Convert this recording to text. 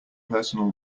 personal